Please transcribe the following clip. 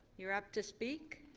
you are up to speak.